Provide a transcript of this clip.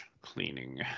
cleaning